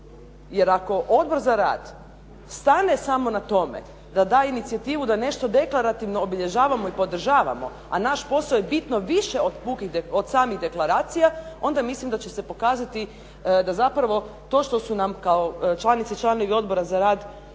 Jer ako Odbor za rad stane samo na tome, da da inicijativu da nešto deklarativno obilježavamo i podržavamo, a naš posao je bitno više od samih deklaracija, onda mislim da će pokazati da zapravo to što su nam kao članice i članovi Odbora za rad i socijalno